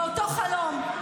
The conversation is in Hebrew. מאותו חלום,